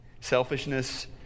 selfishness